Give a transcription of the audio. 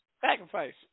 sacrifice